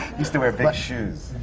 used to wear big shoes.